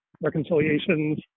reconciliations